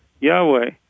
Yahweh